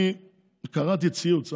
אני קראתי ציוץ,